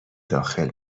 داخل